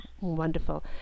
Wonderful